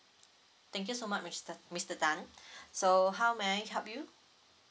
thank you so much mister mister tan so how may I help you